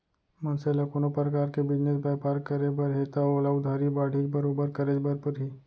मनसे ल कोनो परकार के बिजनेस बयपार करे बर हे तव ओला उधारी बाड़ही बरोबर करेच बर परही